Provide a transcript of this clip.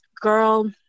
girl